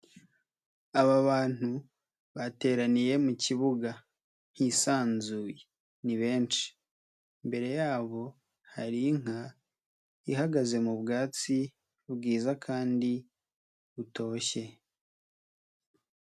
Aba bantu bateraniye mu kibuga hisanzuye ni benshi, imbere yabo hari inka ihagaze mu bwatsi bwiza kandi butoshye.